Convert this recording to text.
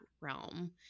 realm